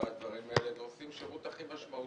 ועושים שירות הכי משמעותי.